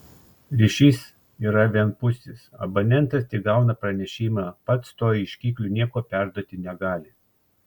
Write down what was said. ryšys yra vienpusis abonentas tik gauna pranešimą pats tuo ieškikliu nieko perduoti negali